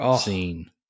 scene